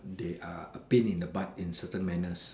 they are a pain in a butt in certain manners